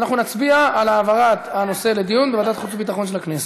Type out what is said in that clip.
אז אנחנו נצביע על העברת הנושא לדיון בוועדת החוץ והביטחון של הכנסת.